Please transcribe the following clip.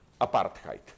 apartheid